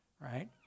Right